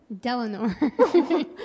Delanor